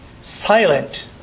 silent